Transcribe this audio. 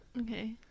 Okay